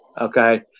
okay